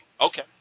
okay